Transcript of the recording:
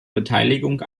beteiligung